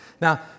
Now